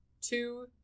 two